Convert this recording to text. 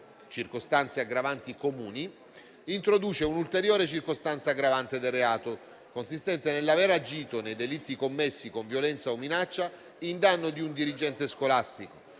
(«Circostanze aggravanti comuni»), introduce un'ulteriore circostanza aggravante del reato, consistente nell'aver agito, nei delitti commessi con violenza o minaccia, in danno di un dirigente scolastico